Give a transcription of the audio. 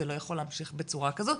זה לא יכול להמשיך בצורה כזאת,